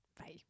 Bye